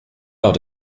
out